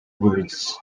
words